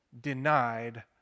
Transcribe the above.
denied